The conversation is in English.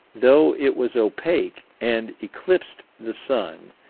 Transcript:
though it was opaque, and eclipsed the sun,